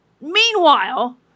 meanwhile